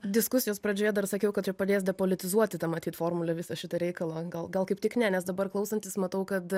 diskusijos pradžioje dar sakiau kad čia palies depolitizuoti tą matyt formulę visą šitą reikalą gal gal kaip tik ne nes dabar klausantis matau kad